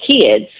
kids